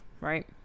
right